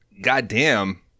goddamn